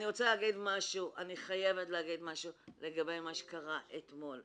אני חייבת להגיד משהו לגבי מה שקרה השבוע,